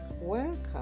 Welcome